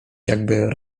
jakby